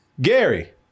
Gary